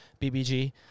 BBG